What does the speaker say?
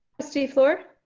trustee flour.